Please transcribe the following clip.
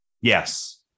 Yes